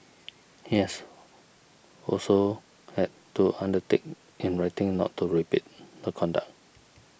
yes also had to undertake in writing not to repeat the conduct